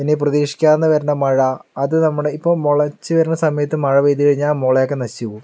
പിന്നെ ഈ പ്രതീക്ഷിക്കാതെ വരുന്ന മഴ അത് നമ്മുടെ ഇപ്പോൾ മുളച്ചു വരുന്ന സമയത്ത് മഴ പെയ്തു കഴിഞ്ഞാൽ മുള ഒക്കെ നശിച്ചു പോകും